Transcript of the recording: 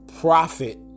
profit